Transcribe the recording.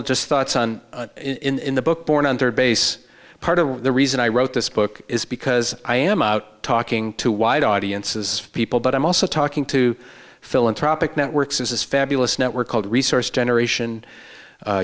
of just thoughts on in the book born on third base part of the reason i wrote this book is because i am out talking to white audiences people but i'm also talking to philanthropic networks is this fabulous network called resource generation